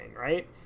right